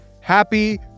Happy